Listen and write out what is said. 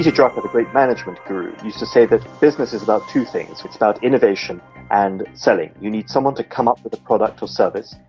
drucker, the great management guru, used to say that business is about two things, it's about innovation and selling. you need someone to come up with a product or service,